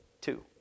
Two